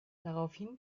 daraufhin